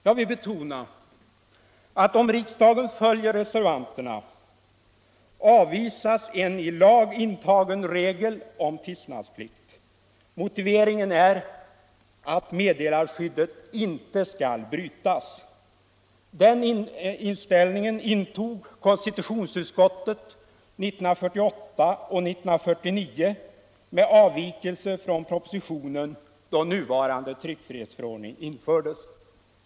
Jag vill betona att om riksdagen följer reservanterna så avvisas en i lag intagen regel om tystnadsplikt. Motiveringen är att meddelarskyddet inte skall brytas. Den inställningen intog konstitutionsutskottet 1948 och 1949 med avvikelse från propositionen då nuvarande tryckfrihetsförordning infördes.